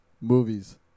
movies